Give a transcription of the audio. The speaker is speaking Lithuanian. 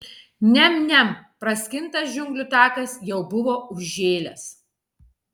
niam niam praskintas džiunglių takas jau buvo užžėlęs